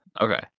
Okay